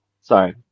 Sorry